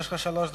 יש לך שלוש דקות,